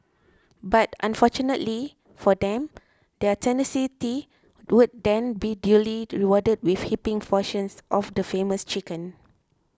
but fortunately for them their tenacity would then be duly rewarded with heaping portions of the famous chicken